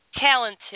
talented